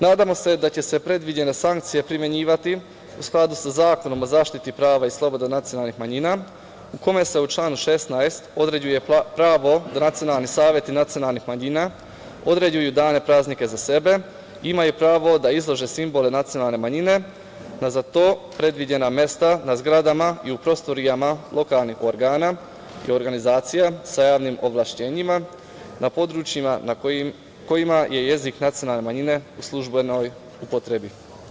Nadamo se da će se predviđene sankcije primenjivati u skladu sa Zakonom o zaštiti prava i sloboda nacionalnih manjina u kome se u članu 16. određuje pravo da nacionalni saveti nacionalnih manjina određuje dane praznika za sebe, imaju i pravo da izloži simbole nacionalne manjina na za to predviđena mesta na zgradama i u prostorijama lokalnih organa i organizacija sa javnim ovlašćenjima na područjima na kojima je jezik nacionalne manjine u službenoj upotrebi.